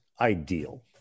ideal